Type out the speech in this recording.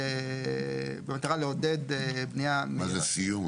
במטרה לעודד בנייה --- מה זה סיום?